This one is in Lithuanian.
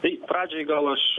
tai pradžiai gal aš